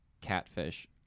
catfish